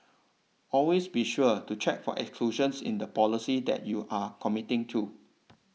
always be sure to check for exclusions in the policy that you are committing to